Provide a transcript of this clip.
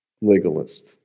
legalist